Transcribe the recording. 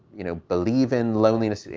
you know, believe in loneliness.